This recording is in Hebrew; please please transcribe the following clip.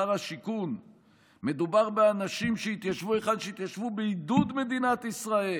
שר השיכון: "מדובר באנשים שהתיישבו היכן שהתיישבו בעידוד מדינת ישראל.